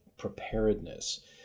preparedness